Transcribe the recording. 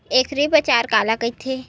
एग्रीबाजार काला कइथे?